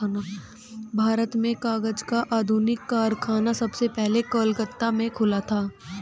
भारत में कागज का आधुनिक कारखाना सबसे पहले कलकत्ता में खुला था